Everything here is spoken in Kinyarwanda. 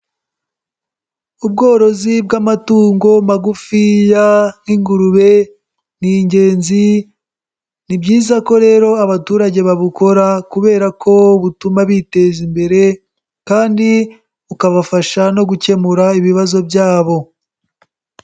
Ubworozi bw'amatungo magufiya nk'ingurube ni ingenzi, ni byiza ko rero abaturage babukora kubera ko butuma biteza imbere kandi bukabafasha no gukemura ibibazo byabo.